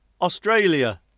Australia